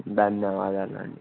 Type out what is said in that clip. ధన్యవాదాలు అండి